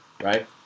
right